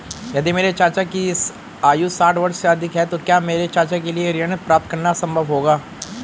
यदि मेरे चाचा की आयु साठ वर्ष से अधिक है तो क्या मेरे चाचा के लिए ऋण प्राप्त करना संभव होगा?